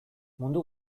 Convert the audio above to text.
mundu